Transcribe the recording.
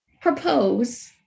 propose